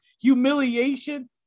humiliation